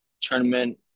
tournament